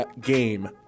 game